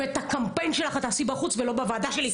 ואת הקמפיין שלך את תעשי בחוץ ולא בוועדה שלי.